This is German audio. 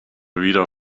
wieder